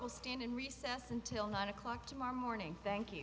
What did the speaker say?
will stand in recess until nine o'clock tomorrow morning thank you